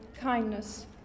kindness